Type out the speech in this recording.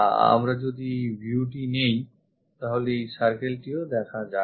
আমরা যদি এই viewটি নিই তাহলে এই circle টিও দেখা যায় না